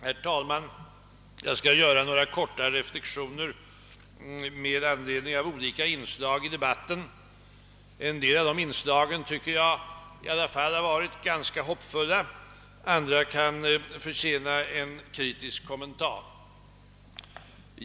Herr talman! Jag skall göra några korta reflexioner med anledning av olika inslag i debatten. En del av de inslagen tycker jag har varit ganska hoppfulla; andra kan förtjäna en kritisk kommentar.